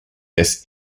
this